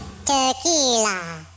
Tequila